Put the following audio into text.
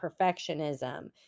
perfectionism